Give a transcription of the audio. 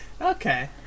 Okay